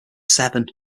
seven